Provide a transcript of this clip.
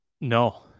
No